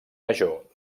major